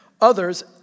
others